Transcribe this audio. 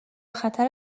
خطر